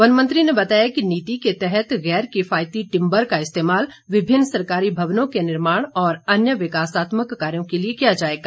one मंत्री ने बताया कि नीति के तहत गैर किफायती टिम्बर का इस्तेमाल विभिन्न सरकारी भवनों के निर्माण और अन्य विकासात्मक कार्यों के लिए किया जाएगा